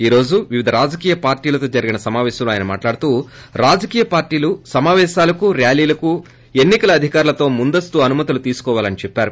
ఈ రోజు వివిధ రాజకీయపార్లీలతో జరిగిన సమాపేశంలో ఆయన మాట్లాడుతూ రాజకీయ పార్టీలు సమాపేశాలకు ర్యారీలకు ఎన్నికల్లి అధికారులతో ముందస్తు అనుమతి తీసుకోవాలని చెప్పారు